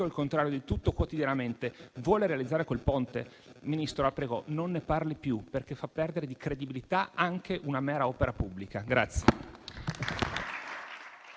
e il contrario di tutto quotidianamente), se vuole realizzare quel Ponte, signor Ministro, la prego, non ne parli più, perché fa perdere di credibilità anche a una mera opera pubblica.